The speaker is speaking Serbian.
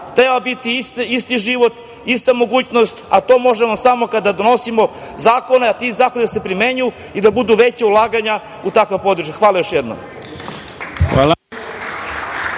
treba isti život, ista mogućnost, a to možemo samo kada donosimo zakone, a ti zakoni da se primenjuju i da budu veća ulaganja u takva područja. Hvala još jednom.